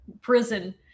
prison